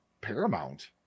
paramount